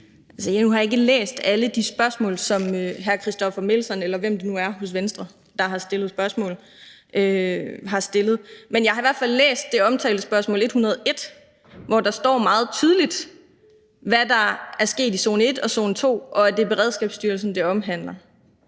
jeg ikke læst alle de spørgsmål, som hr. Christoffer Aagaard Melson, eller hvem det nu er hos Venstre, der har stillet spørgsmålene, har stillet. Men jeg har i hvert fald læst det omtalte spørgsmål 101, hvor der står meget tydeligt, hvad der er sket i zone 1 og zone 2, og at det er Beredskabsstyrelsen, det omhandler.